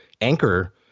anchor